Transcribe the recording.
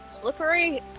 slippery